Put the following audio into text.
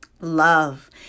Love